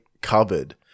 cupboard